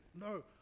No